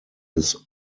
his